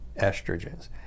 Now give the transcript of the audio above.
estrogens